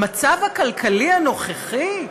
במצב הכלכלי הנוכחי,